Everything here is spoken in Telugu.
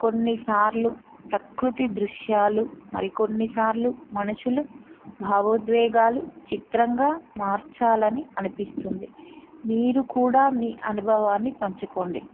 కొన్నిసార్లు ప్రకృతి దృశ్యాలు మరికొన్నిసార్లు మనుషులు భావోద్వేగాలు చిత్రంగా మార్చాలి అని అనిపిస్తుంది మీరు కూడా మీ అనుభవాన్ని పంచుకోండి